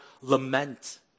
lament